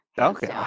okay